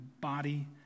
body